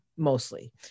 mostly